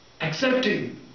Accepting